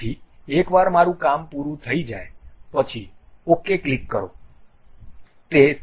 તેથી એકવાર મારું કામ પૂરું થઈ જાય પછી OK ક્લિક કરો